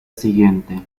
siguiente